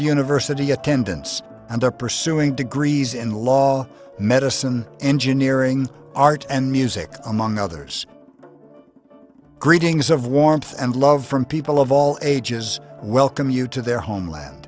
university attendance and are pursuing degrees in law medicine engineering art and music among others greetings of warmth and love from people of all ages welcome you to their homeland